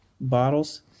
bottles